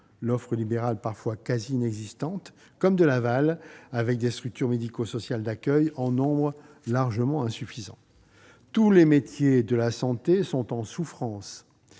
l'offre libérale parfois quasi inexistante -comme de l'aval- des structures médico-sociales d'accueil en nombre largement insuffisant. Tous les métiers de la santé sont en souffrance,